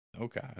Okay